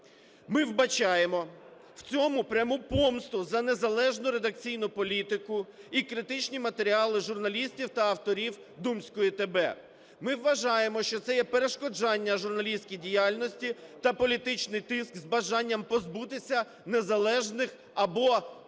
Ми вбачаємо в цьому пряму помсту за незалежну редакційну політику і критичні матеріали журналістів та авторів "Думской ТБ". Ми вважаємо, що це є перешкоджання журналістській діяльності та політичний тиск з бажанням позбутися незалежних або критичних